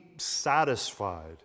satisfied